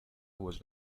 was